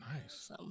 Nice